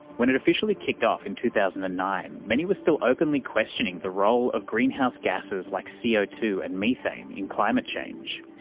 when it officially kicked off in two thousand and nine, many were still openly questioning the role of greenhouse gases like c o two and methane in climate change,